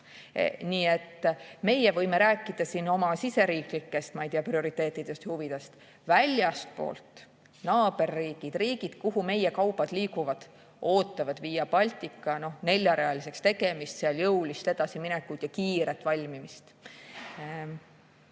Nii et meie võime rääkida siin oma siseriiklikest prioriteetidest ja huvidest, aga väljaspool oodatakse, naaberriigid, riigid, kuhu meie kaubad liiguvad, ootavad Via Baltica neljarealiseks tegemist, seal jõulist edasiminekut ja selle kiiret valmimist.